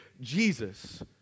Jesus